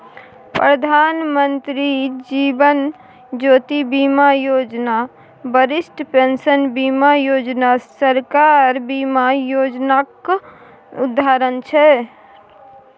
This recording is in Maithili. प्रधानमंत्री जीबन ज्योती बीमा योजना, बरिष्ठ पेंशन बीमा योजना सरकारक बीमा योजनाक उदाहरण छै